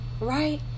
right